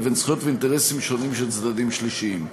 לבין זכויות ואינטרסים שונים של צדדים שלישיים.